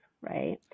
right